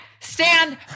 stand